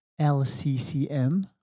LCCM